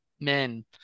men